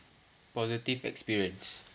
positive experience